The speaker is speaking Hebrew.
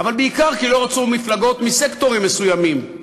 אבל בעיקר כי לא רצו מפלגות מסקטורים מסוימים.